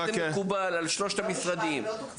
אם זה מקובל על שלושת המשרדים.